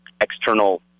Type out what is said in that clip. external